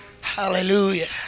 Hallelujah